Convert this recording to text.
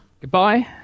goodbye